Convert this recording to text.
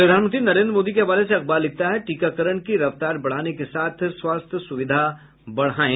प्रधानमंत्री नरेन्द्र मोदी के हवाले से अखबार लिखता है टीकाकरण की रफ्तार बढ़ाने के साथ स्वास्थ्य सुविधा बढ़ायें